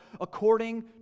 according